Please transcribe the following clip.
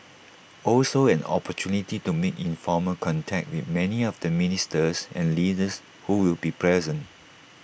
also an opportunity to make informal contact with many of the ministers and leaders who will be present